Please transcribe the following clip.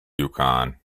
yukon